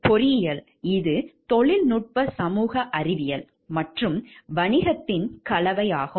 பொறியியல் இது தொழில்நுட்ப சமூக அறிவியல் மற்றும் வணிகத்தின் கலவையாகும்